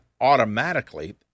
automatically